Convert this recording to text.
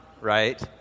right